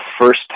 first